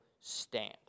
stand